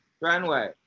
Runway